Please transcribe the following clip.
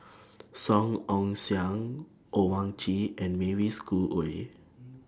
Song Ong Siang Owyang Chi and Mavis Khoo Oei